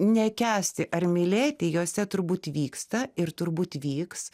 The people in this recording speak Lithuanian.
nekęsti ar mylėti jose turbūt vyksta ir turbūt vyks